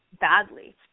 badly